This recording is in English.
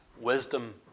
wisdom